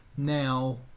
Now